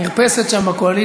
חבר הכנסת גפני,